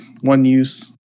one-use